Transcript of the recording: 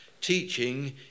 Teaching